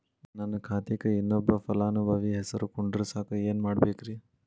ನನ್ನ ಖಾತೆಕ್ ಇನ್ನೊಬ್ಬ ಫಲಾನುಭವಿ ಹೆಸರು ಕುಂಡರಸಾಕ ಏನ್ ಮಾಡ್ಬೇಕ್ರಿ?